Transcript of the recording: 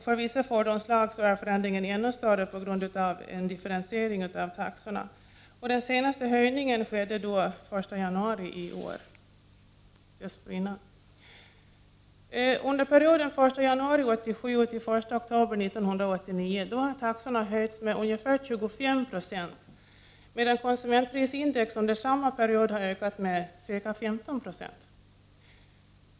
För vissa fordonsslag är förändringen ännu större på grund av differentiering av taxorna. Senaste höjningen skedde den 1 januari i år. Under perioden 1 januari 1987 — 1 oktober 1989 har taxorna höjts med ungefär 25 70, medan konsumentprisindex under samma period ökat med ca 15 20.